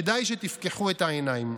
כדאי שתפקחו את העיניים.